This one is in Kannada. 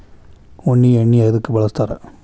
ಉಣ್ಣಿ ಎಣ್ಣಿ ಎದ್ಕ ಬಳಸ್ತಾರ್?